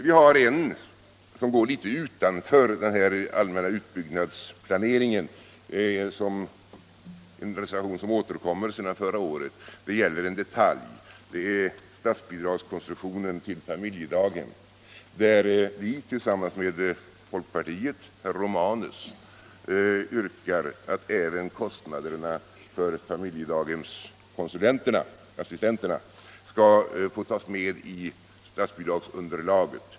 Vi har en reservation som går litet utanför den här allmänna utbyggnadsplaneringen, en reservation från förra året som återkommer. Den gäller en detalj, nämligen konstruktionen av statsbidraget till familjedaghemmen, där vi tillsammans med folkpartiets representant i utskottet, herr Romanus, yrkar att även kostnaderna för familjedaghemskonsulenterna eller familjedaghemsassistenterna — det kallas litet olika på olika håll — skail få tas med i statsbidragsunderlaget.